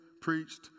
preached